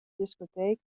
discotheek